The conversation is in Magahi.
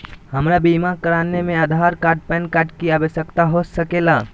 हमरा बीमा कराने में आधार कार्ड पैन कार्ड की आवश्यकता हो सके ला?